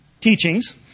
teachings